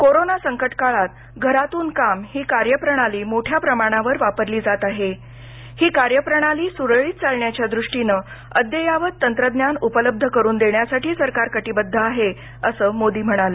corona संकट काळात घरातून काम ही कार्य प्रणाली मोठ्या प्रमाणावर वापरली जात आहे ती कार्यप्रणाली सुरळीत चालण्याच्या दृष्टीनं अद्ययावत तंत्रज्ञान उपलब्ध करून देण्यासाठी सरकार कटिबद्ध आहे असं ते म्हणाले